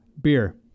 Beer